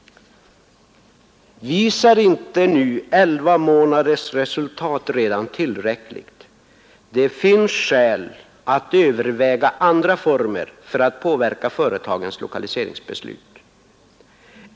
Visar inte nu 11 månaders resultat redan tillräckligt? Det finns skäl att överväga andra former för att påverka företagens lokaliseringsbeslut.